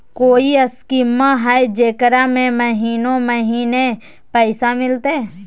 कोइ स्कीमा हय, जेकरा में महीने महीने पैसा मिलते?